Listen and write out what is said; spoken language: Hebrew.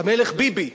המלך ביבי.